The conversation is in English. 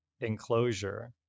enclosure